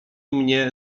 mnie